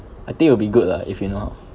I think it will be good lah if you know